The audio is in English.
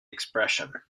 expression